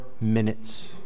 minutes